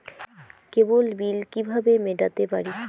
কেবল bill কিভাবে মেটাতে পারি?